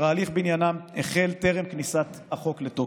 ההליך בעניינם החל טרם כניסת החוק לתוקף.